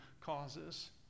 causes